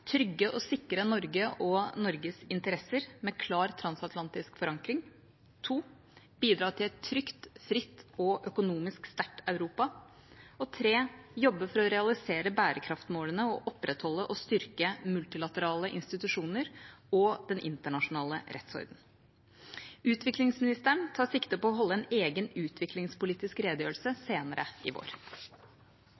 trygge og sikre Norge og Norges interesser, med klar transatlantisk forankring. For det andre å bidra til et trygt, fritt og økonomisk sterkt Europa. For det tredje å jobbe for å realisere bærekraftsmålene og opprettholde og styrke multilaterale institusjoner og den internasjonale rettsordenen. Utviklingsministeren tar sikte på å holde en egen utviklingspolitisk redegjørelse